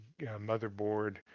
motherboard